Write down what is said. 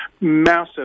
Massive